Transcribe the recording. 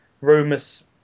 rumors